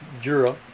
Jura